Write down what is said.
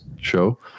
show